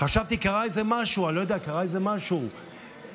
ואתה יודע, יש כזה מנהג, זה